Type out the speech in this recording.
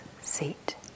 seat